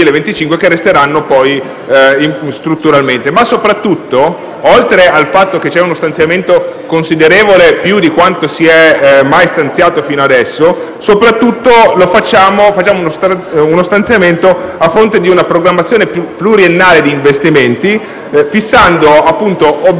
Ma soprattutto, oltre al fatto che c'è uno stanziamento considerevole, maggiore di quanto sia mai stato fino adesso, soprattutto facciamo uno stanziamento a fronte di una programmazione pluriennale di investimenti, fissando obiettivi chiari nell'articolo